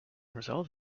result